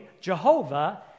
jehovah